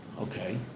Okay